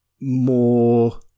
more